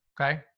Okay